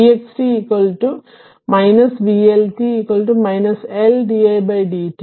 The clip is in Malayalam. അതിനാൽ v x t vLt L di d t